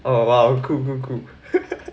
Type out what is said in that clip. oh !wow! cool cool cool